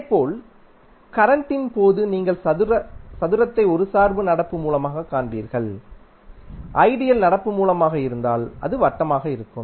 இதேபோல் கரண்ட் இன் போது நீங்கள் சதுரத்தை ஒரு சார்பு நடப்பு மூலமாகக் காண்பீர்கள் ஐடியல் நடப்பு மூலமாக இருந்தால் அது வட்டமாக இருக்கும்